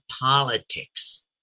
politics